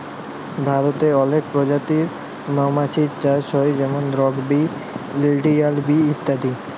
ভারতে অলেক পজাতির মমাছির চাষ হ্যয় যেমল রক বি, ইলডিয়াল বি ইত্যাদি